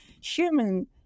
human